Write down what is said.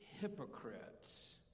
hypocrites